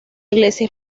iglesia